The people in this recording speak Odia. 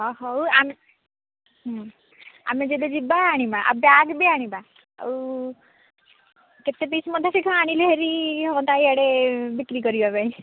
ହଁ ହେଉ ଆମେ ଆମେ ଯଦି ଯିବା ଆଣିବା ଆଉ ବ୍ୟାଗ ବି ଆଣିବା ଆଉ କେତେ ପୀସ୍ ମଧ୍ୟ ସେଠୁ ଆଣିଲେ ହେରି ହୁଅନ୍ତା ଇଆଡ଼େ ବିକ୍ରି କରିବା ପାଇଁ